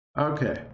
Okay